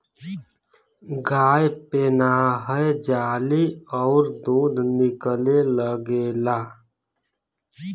गाय पेनाहय जाली अउर दूध निकले लगेला